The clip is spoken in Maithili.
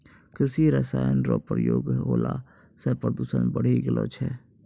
कृषि रसायन रो प्रयोग होला से प्रदूषण बढ़ी गेलो छै